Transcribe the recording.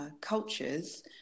cultures